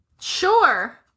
Sure